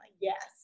yes